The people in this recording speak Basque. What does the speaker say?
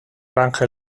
angel